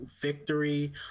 victory